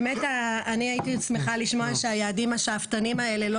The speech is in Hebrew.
הייתי שמחה לשמוע שהיעדים השאפתניים האלה לא